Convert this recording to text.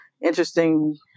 interesting